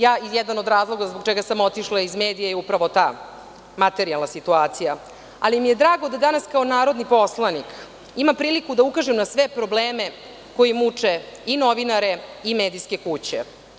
Jedan od razloga zbog čega sam otišla iz medija je upravo ta materijalna situacija, ali mi je drago da danas kao narodni poslanik imam priliku da ukažem na sve probleme koji muče i novinare i medijske kuće.